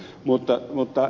mutta ed